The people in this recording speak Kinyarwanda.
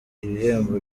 ibihembo